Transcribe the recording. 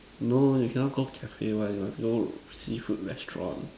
no you cannot go cafe one you must go seafood restaurant